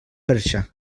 perxa